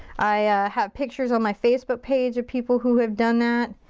i have pictures on my facebook page of people who have done that.